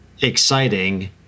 exciting